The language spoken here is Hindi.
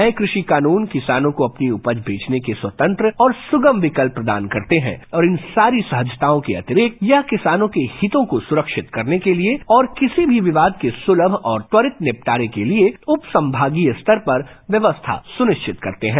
नये कृषि कानून किसानों को अपनी उपज बेचने के स्वतंत्र और सुगम विकल्प प्रदान करते हैं और इन सारी साझताओं के अतिरिक्त यह किसानों के हितों को सुरक्षित करने के लिए और किसी भी विवाद के सुलम और त्वरित निपटारे के लिए उपसंभागीय स्तर पर व्यवस्था सुनिश्चित करते हैं